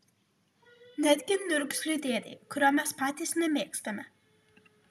netgi niurgzliui dėdei kurio mes patys nemėgstame